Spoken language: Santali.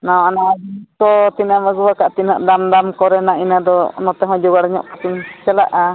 ᱱᱟᱣᱟ ᱱᱟᱣᱟ ᱡᱤᱱᱤᱥ ᱠᱚ ᱛᱤᱱᱟᱹᱜ ᱮᱢ ᱟᱹᱜᱩ ᱟᱠᱟᱜᱼᱟ ᱛᱤᱱᱟᱹᱜ ᱫᱟᱢ ᱫᱟᱢ ᱠᱚᱨᱮᱱᱟᱜ ᱤᱱᱟᱹᱜ ᱫᱚ ᱱᱚᱛᱮ ᱦᱚᱸ ᱡᱚᱜᱟᱲ ᱧᱚᱜ ᱠᱟᱛᱮᱧ ᱪᱟᱞᱟᱜᱼᱟ